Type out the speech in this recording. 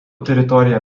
teritorija